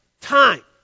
time